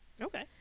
Okay